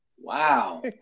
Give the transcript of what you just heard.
Wow